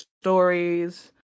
stories